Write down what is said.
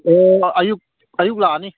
ꯑꯣ ꯑꯌꯨꯛ ꯑꯌꯨꯛ ꯂꯥꯛꯑꯅꯤ